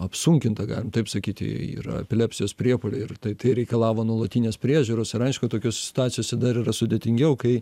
apsunkinta galim taip sakyti yra epilepsijos priepuoliai ir tai tai reikalavo nuolatinės priežiūros ir aišku tokios situacijose dar yra sudėtingiau kai